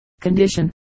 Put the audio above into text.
condition